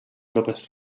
tropes